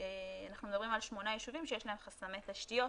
אנחנו מדברים על שמונה יישובים שיש להם חסמי תשתיות.